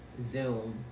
Zoom